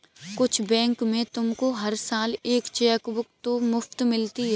कुछ बैंक में तुमको हर साल एक चेकबुक तो मुफ़्त मिलती है